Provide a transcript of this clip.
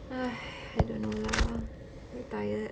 哎 I don't know lah very tired